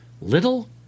Little